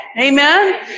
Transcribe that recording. Amen